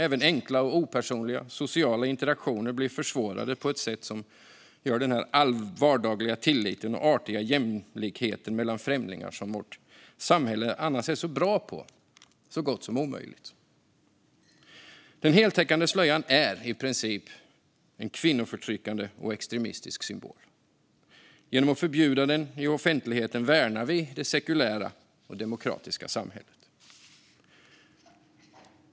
Även enkla och opersonliga sociala interaktioner blir försvårade på ett sätt som gör den vardagliga tillit och den artiga jämlikhet mellan främlingar som vårt samhälle annars är så bra på så gott som omöjliga. Den heltäckande slöjan är, i princip, en kvinnoförtryckande och extremistisk symbol. Genom att förbjuda den i offentligheten värnar vi det sekulära och demokratiska samhället.